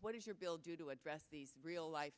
what is your bill do to address the real life